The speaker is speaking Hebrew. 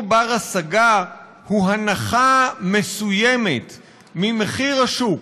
בר-השגה הוא הנחה מסוימת ממחיר השוק,